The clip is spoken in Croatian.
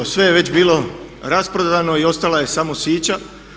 Sve je već bilo rasprodano i ostala je samo sića.